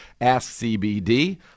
AskCBD